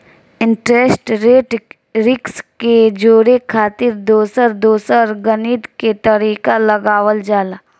interest rate risk के जोड़े खातिर दोसर दोसर गणित के तरीका लगावल जाला